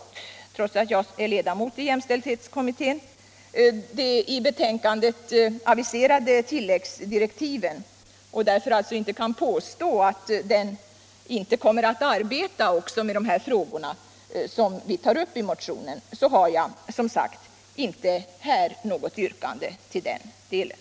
trots att jag är ledamot av jämställdhetskommittén, ännu inte har fått de i betänkandet aviserade tilläggsdirektiven, och därför alltså inte kan påstå att kommittén inte kommer att arbeta med de frågor som tas upp i motionen, har jag som sagt inte något yrkande i den delen.